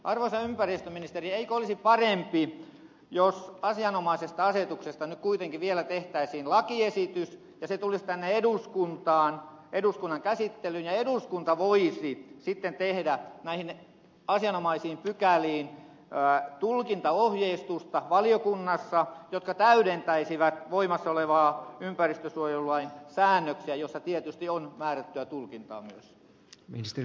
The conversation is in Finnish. arvoisa ympäristöministeri eikö olisi parempi jos asianomaisesta asetuksesta nyt kuitenkin vielä tehtäisiin lakiesitys ja se tulisi tänne eduskuntaan eduskunnan käsittelyyn ja eduskunta voisi sitten valiokunnassa tehdä näihin asianomaisiin pykäliin tulkintaohjeistusta joka täydentäisi voimassa olevia ympäristönsuojelulain säännöksiä joissa tietysti on määrättyä tulkintaa myös